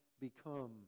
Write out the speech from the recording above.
become